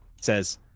says